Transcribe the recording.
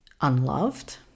unloved